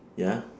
ya